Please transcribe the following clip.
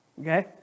okay